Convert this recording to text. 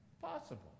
Possible